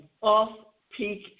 off-peak